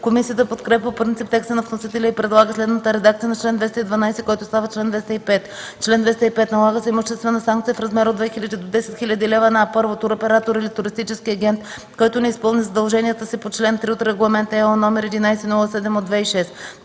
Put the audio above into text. Комисията подкрепя по принцип текста на вносителя и предлага следната редакция на чл. 212, който става чл. 205: „Чл. 205. Налага се имуществена санкция в размер от 2000 до 10 000 лв. на: 1. туроператор или туристически агент, който не изпълни задълженията си по чл. 3 от Регламент (ЕО) № 1107/2006;